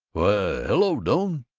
why, hello, doane,